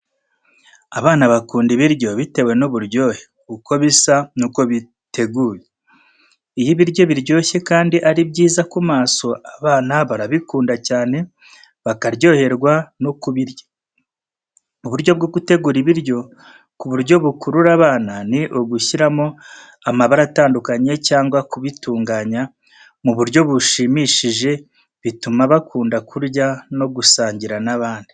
Abana bakunda ibiryo bitewe n’uburyohe, uko bisa n’uko biteguye. Iyo ibiryo biryoshye kandi ari byiza ku maso, abana barabikunda cyane, bakaryoherwa no kubirya. Uburyo bwo gutegura ibiryo ku buryo bukurura abana, ni ugushyiramo amabara atandukanye cyangwa kubitunganya mu buryo bushimishije, bituma bakunda kurya no gusangira n’abandi.